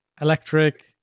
electric